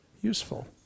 useful